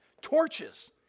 Torches